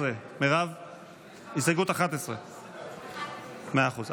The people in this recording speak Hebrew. אנחנו מושכים את 6 10. להצביע על 11. לבקשת